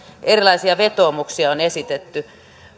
erilaisia vetoomuksia on esitetty